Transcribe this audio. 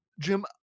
Jim